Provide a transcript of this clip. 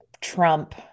trump